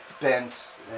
bent